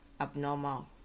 abnormal